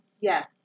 Yes